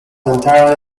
entirely